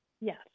yes